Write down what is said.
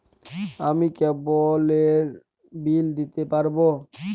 আমি কেবলের বিল দিতে পারবো?